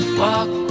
walk